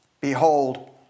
Behold